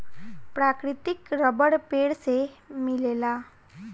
प्राकृतिक रबर पेड़ से मिलेला